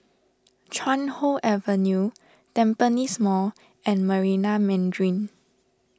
Chuan Hoe Avenue Tampines Mall and Marina Mandarin